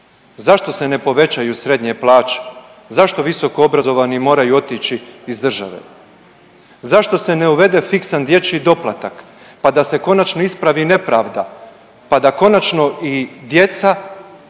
Zašto se ne povećaju srednje plaće? Zašto visokoobrazovni moraju otići iz države? Zašto se ne uvede fiksan dječji doplatak pa da se konačno ispravi nepravda, pa da konačno i djeca oni